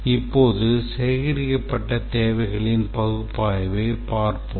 இப்போது சேகரிக்கப்பட்ட தேவைகளின் பகுப்பாய்வைப் பார்ப்போம்